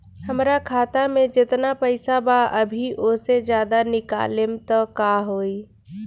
हमरा खाता मे जेतना पईसा बा अभीओसे ज्यादा निकालेम त का होई?